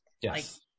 Yes